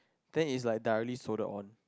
then it's like directly soldiered on